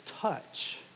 touch